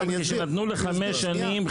נתנו לחמש שנים,